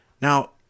Now